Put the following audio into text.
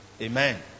amen